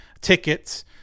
tickets